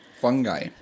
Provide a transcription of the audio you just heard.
Fungi